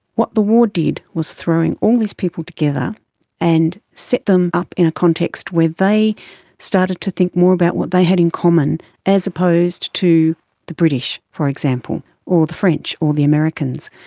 what the war did was throw all these people together and set them up in a context where they started to think more about what they had in common as opposed to the british, for example, or the french or the americans.